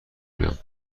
بیام